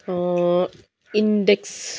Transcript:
index